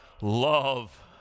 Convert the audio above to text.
love